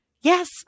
yes